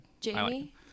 Jamie